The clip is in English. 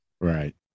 Right